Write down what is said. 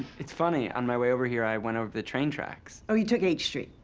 it's funny, on my way over here i went over the train tracks. oh, you took h street.